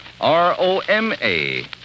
R-O-M-A